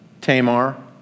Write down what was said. Tamar